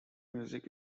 music